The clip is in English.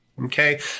Okay